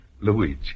Luigi